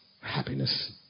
happiness